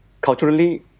culturally